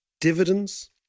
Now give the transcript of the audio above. dividends